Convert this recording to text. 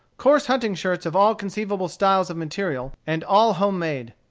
coarse hunting-shirts of all conceivable styles of material, and all homemade.